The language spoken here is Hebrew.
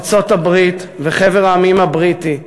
ארצות-הברית וחבר העמים הבריטי,